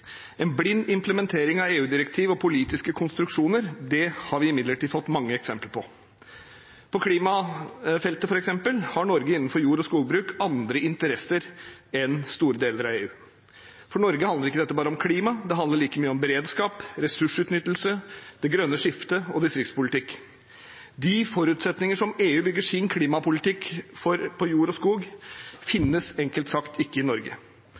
En blind implementering av EU-direktiver og politiske konstruksjoner har vi imidlertid fått mange eksempler på. På klimafeltet, f.eks., har Norge innenfor jord- og skogbruk andre interesser enn store deler av EU. For Norge handler ikke dette bare om klima, det handler like mye om beredskap, ressursutnyttelse, det grønne skiftet og distriktspolitikk. De forutsetninger som EU bygger sin klimapolitikk for jord og skog på, finnes enkelt sagt ikke i Norge.